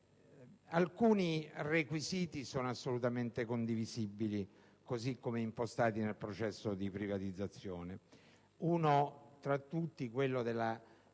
Alcuni requisiti sono assolutamente condivisibili, così come impostati nel processo di privatizzazione. Uno tra tutti: quello della